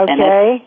Okay